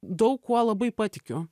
daug kuo labai patikiu